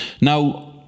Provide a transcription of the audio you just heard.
Now